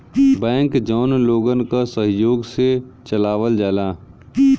bank जौन लोगन क सहयोग से चलावल जाला